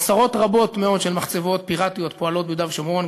עשרות רבות מאוד של מחצבות פיראטיות פועלות ביהודה ושומרון.